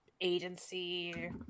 agency